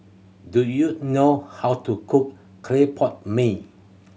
do you know how to cook clay pot mee